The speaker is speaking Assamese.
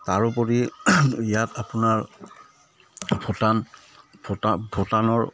তাৰোপৰি ইয়াত আপোনাৰ ভূটান ভূটানৰ